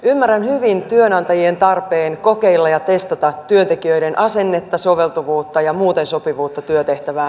ymmärrän hyvin työnantajien tarpeen kokeilla ja testata työntekijöiden asennetta soveltuvuutta ja muuten sopivuutta työtehtävään